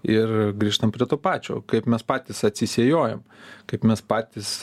ir grįžtam prie to pačio kaip mes patys atsisėjojam kaip mes patys